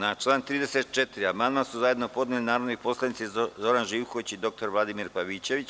Na član 34. amandman su zajedno podneli narodni poslanici Zoran Živković i dr Vladimir Pavićević.